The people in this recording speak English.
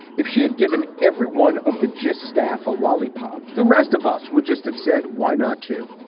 if she had given every one of the gist staff a lollipop, the rest of us would just have said, why not to?